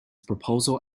proposal